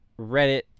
Reddit